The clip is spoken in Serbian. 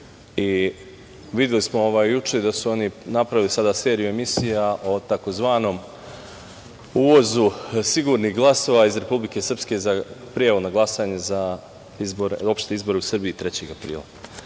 Videli smo juče da su oni napravili seriju emisija o tzv. uvozu sigurnih glasova iz Republike Srpske za prijavu za glasanje za opšte izbore u Srbiji 3. aprila. Juče